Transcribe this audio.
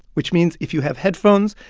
which means if you have headphones,